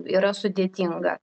yra sudėtinga